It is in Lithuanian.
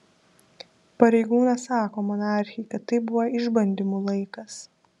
pareigūnas sako monarchei kad tai buvo išbandymų laikas